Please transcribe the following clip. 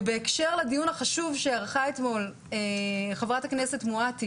ובהקשר לדיון החשוב שערכה אתמול חברת הכנסת מואטי